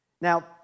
Now